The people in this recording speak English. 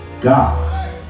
God